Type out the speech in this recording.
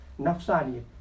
nafsani